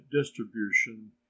distribution